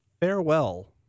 farewell